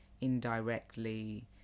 indirectly